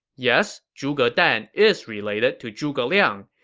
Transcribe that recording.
yes, zhuge dan is related to zhuge liang.